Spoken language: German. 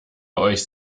euch